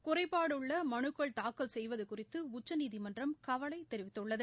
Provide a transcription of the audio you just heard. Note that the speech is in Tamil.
குறைபாடுள்ள மனுக்கள் தாக்கல் செய்வது குறித்து உச்சநீதிமன்றம் கவலை தெரிவித்துள்ளது